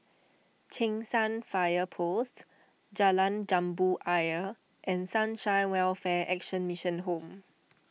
Cheng San Fire Post Jalan Jambu Ayer and Sunshine Welfare Action Mission Home